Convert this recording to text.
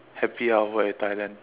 happy hour at Thailand